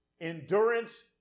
endurance